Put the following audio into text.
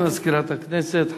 תודה למזכירת הכנסת.